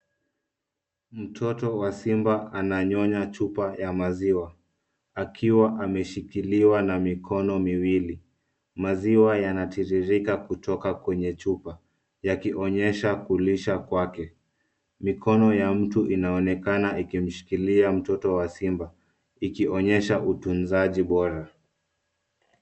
Mtoto wa simba ananyonya chupa ya maziwa akiwa ameshikiliwa na mikono miwili. Maziwa yanatiririka kutoka kwenye chupa yakionyesha kulisha kwake. Mikono ya mtu inaonekana ikimshikilia mtoto wa simba ikionyesha utunzaji bora.